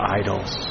idols